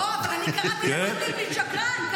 לא, אבל אני קראתי למנדלבליט "שקרן".